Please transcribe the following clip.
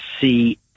see